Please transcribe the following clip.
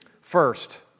First